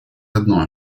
одно